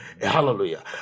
Hallelujah